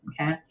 Okay